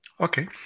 Okay